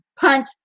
punch